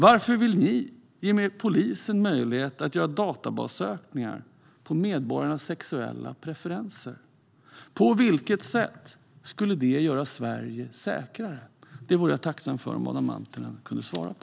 Varför vill ni ge polisen möjlighet att göra databassökningar på medborgarnas sexuella preferenser? På vilket sätt skulle det göra Sverige säkrare? Det vore jag tacksam för om Adam Marttinen kunde svara på.